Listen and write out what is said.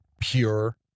pure